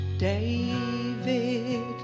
David